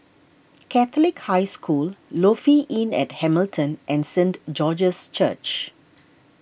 Catholic High School Lofi Inn at Hamilton and Saint George's Church